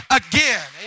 again